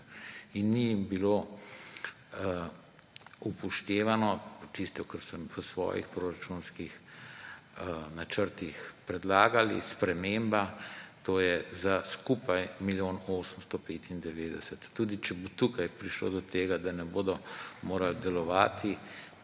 in ni jim bilo upoštevano tisto, kar so v svojih proračunskih načrtih predlagali, sprememba, to je za skupaj milijon 895. Tudi če bo tukaj prišlo do tega, da ne bodo mogli delovati,